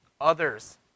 others